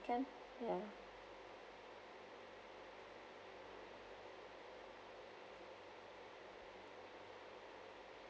can ya